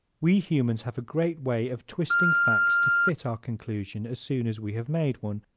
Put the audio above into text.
we humans have a great way of twisting facts to fit our conclusion as soon as we have made one.